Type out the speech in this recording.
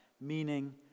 meaning